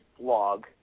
blog